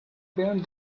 behind